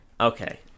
Okay